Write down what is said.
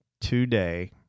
today